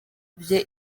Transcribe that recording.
bye